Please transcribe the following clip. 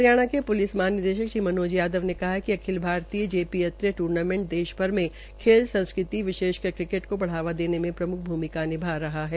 हरियाणा के पुलिस महानिदेशक श्री मनोज यादव ने कहा है कि अखिल भारतीय जे पी अत्रे टूर्नामेंट देश भ्जी में खेल संस्कृति विशेषकर क्रिकेट को बढ़ावा देने में प्रमुख भूमिका निभा रहा है